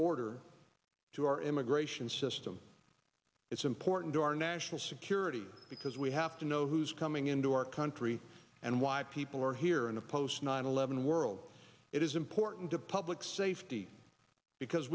order to our immigration system it's important to our national security because we have to know who's coming into our country and why people are here in a post nine eleven world it is important to public safety because